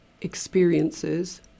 experiences